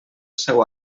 seu